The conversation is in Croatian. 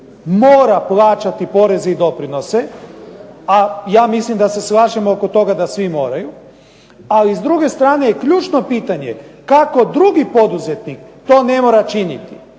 mora plaćati poreze i doprinose, a ja mislim da se slažemo oko toga da svi moraju. Ali s druge strane je ključno pitanje kako drugi poduzetnik to ne mora činiti.